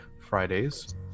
Fridays